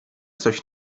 coś